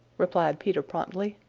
replied peter promptly.